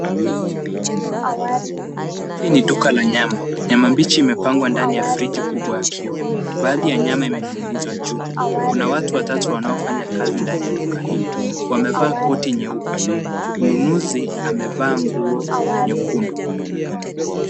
Hili ni duka la nyama. Nyama mbichi imepangwa ndani ya friji kubwa ya kioo. Baadhi ya nyama imening'inizwa juu. Kuna watu watatu wanaofanya kazi ndani ya duka hilo wamevaa koti nyeupe. Mnunuzi amevaa nguo nyekundu.